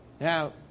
Now